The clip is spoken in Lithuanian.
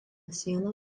siena